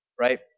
right